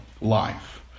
life